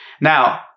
Now